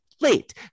late